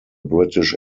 british